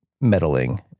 meddling